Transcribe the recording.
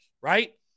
right